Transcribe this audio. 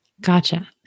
Gotcha